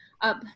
up